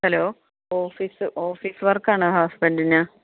hello office office വർക്കാണോ ഹസ്ബൻഡിന്